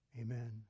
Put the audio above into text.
Amen